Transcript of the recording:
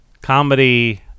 Comedy